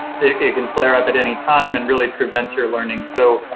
it can flare up at any time and really prevents your learning. so,